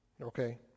okay